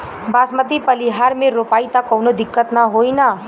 बासमती पलिहर में रोपाई त कवनो दिक्कत ना होई न?